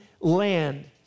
land